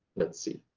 let's see.